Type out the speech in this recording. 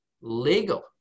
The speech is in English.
legal